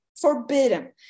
forbidden